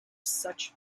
such